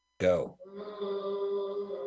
go